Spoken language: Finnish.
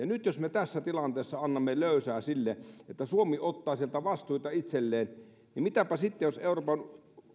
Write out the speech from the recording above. nyt jos me tässä tilanteessa annamme löysää sille että suomi ottaa sieltä vastuita itselleen niin mitäpä sitten jos